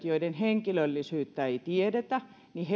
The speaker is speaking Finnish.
joiden henkilöllisyyttä ei tiedetä